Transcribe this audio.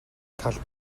тал